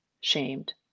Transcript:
shamed